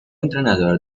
entrenador